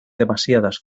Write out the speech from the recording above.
demasiadas